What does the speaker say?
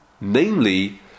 Namely